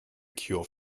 cure